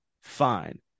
fine